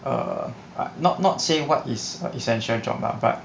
err but not not say what is a essential job lah but